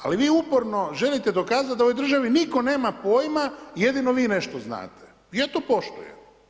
Ali vi uporno želite dokazat da u ovoj državi nitko nema pojma, jedino vi nešto znate, ja to poštujem.